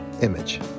image